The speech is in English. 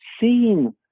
seen